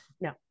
no